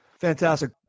fantastic